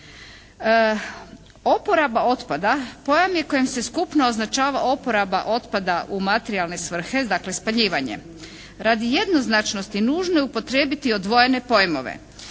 Oporaba otpada pojam je kojim se skupno označava oporaba otpada u materijalne svrhe, dakle spaljivanje. Radi jednoznačnosti nužno je upotrijebiti odvojene pojmove.